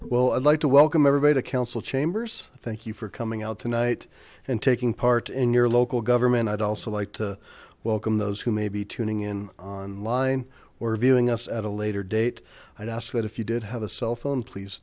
well i'd like to welcome everybody to council chambers thank you for coming out tonight and taking part in your local government i'd also like to welcome those who may be tuning in on line or viewing us at a later date i don't ask that if you did have a cell phone please